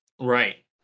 Right